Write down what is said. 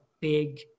big